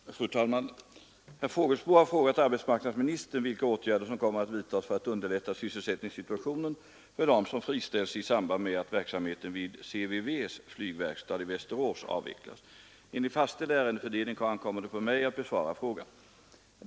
Fru talman! Herr Fågelsbo har frågat arbetsmarknadsministern vilka åtgärder som kommer att vidtas för att underlätta sysselsättningssitua 83 tionen för dem som friställs i samband med att verksamheten vid CVV :s flygverkstad i Västerås avvecklas. Enligt fastställd ärendefördelning ankommer det på mig att besvara frågan.